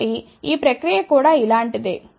కాబట్టి ఈ ప్రక్రియ కూడా ఇలాంటి దే